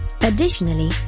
Additionally